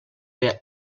per